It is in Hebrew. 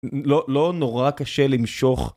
לא נורא קשה למשוך